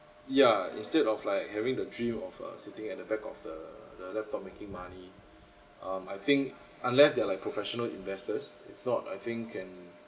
ya instead of like having the dream of uh sitting at the back of the the laptop making money um I think unless they're like professional investors if not I think can